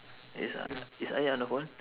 is uh is ayat on the phone